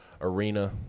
arena